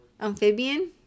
Amphibian